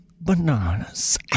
bananas